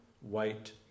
white